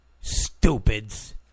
Stupids